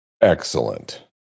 Excellent